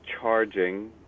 charging